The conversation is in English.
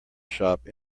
shop